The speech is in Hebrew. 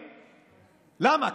למה?